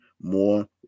more